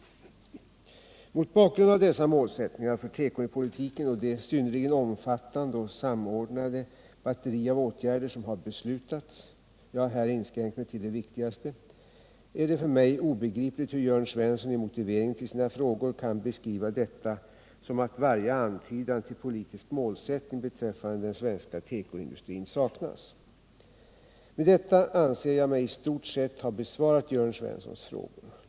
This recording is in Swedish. Mot bakgrund av dessa målsättningar för tekopolitiken och det synnerligen omfattande och samordnade batteri av åtgärder som har beslutats — jag har här inskränkt mig till de viktigaste — är det för mig obegripligt hur Jörn Svensson i motiveringen till sina frågor kan beskriva detta som att varje antydan till politisk målsättning beträffande den svenska tekoindustrin saknas. Med detta anser jag mig i stort sett ha besvarat Jörn Svenssons frågor.